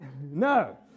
No